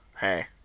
hey